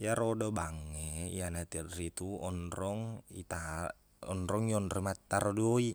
Iyaro dobank e iyana teritu onrong itaha- onrong yonroi mattaro doiq